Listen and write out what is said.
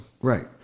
Right